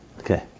Okay